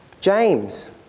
James